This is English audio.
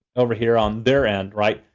over here on their end, right,